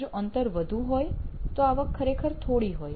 જો અંતર વધુ હોય તો આવક ખરેખર થોડી હોય